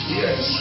yes